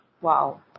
Wow